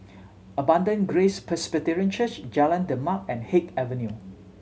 Abundant Grace Presbyterian Church Jalan Demak and Haig Avenue